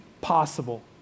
possible